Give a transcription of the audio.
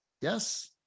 Yes